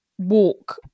walk